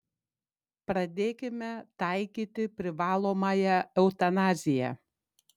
pradėkime taikyti privalomąją eutanaziją